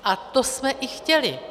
A to jsme i chtěli.